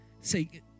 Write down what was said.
say